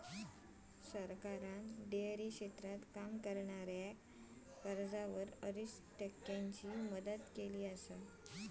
सरकारान डेअरी क्षेत्रात करणाऱ्याक कर्जावर अडीच टक्क्यांची मदत केली हा